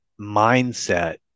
mindset